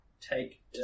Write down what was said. take